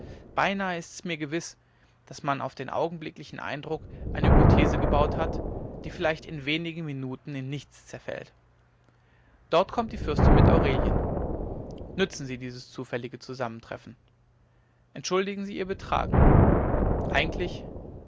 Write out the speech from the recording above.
beinahe ist's mir gewiß daß man auf augenblicklichen eindruck eine hypothese gebaut hat die vielleicht in wenigen minuten in nichts zerfällt dort kommt die fürstin mit aurelien nützen sie dieses zufällige zusammentreffen entschuldigen sie ihr betragen eigentlich